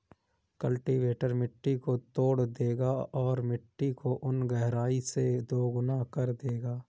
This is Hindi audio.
कल्टीवेटर मिट्टी को तोड़ देगा और मिट्टी को उन गहराई से दोगुना कर देगा